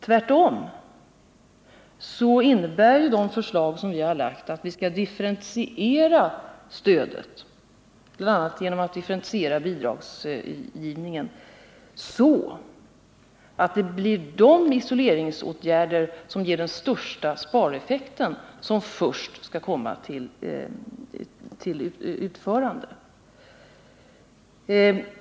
Tvärtom, de förslag som vi har lagt innebär att vi skall differentiera stödet, bl.a. genom att differentiera bidragsgivningen så, att det blir de isoleringsåtgärder som ger den största spareffekten som i första hand skall komma till utförande.